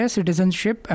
Citizenship